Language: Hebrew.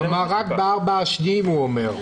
כלומר, רק בארבעה השניים הוא אומר.